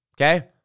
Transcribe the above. okay